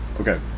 Okay